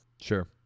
Sure